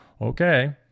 Okay